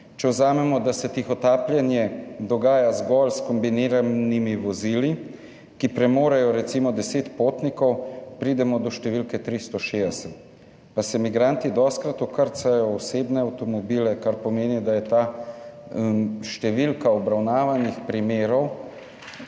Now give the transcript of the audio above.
če vzamemo, da se tihotapljenje dogaja zgolj s kombiniranimi vozili, ki premorejo recimo 10 potnikov, pridemo do številke 360. Pa se migranti dostikrat vkrcajo v osebne avtomobile, kar pomeni, da je ta številka obravnavanih primerov